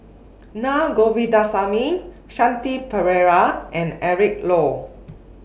Na Govindasamy Shanti Pereira and Eric Low